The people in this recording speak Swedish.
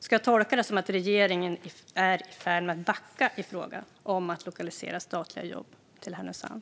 Ska jag tolka det som att regeringen är i färd med att backa i fråga om att omlokalisera statliga jobb till Härnösand?